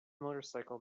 motorcycle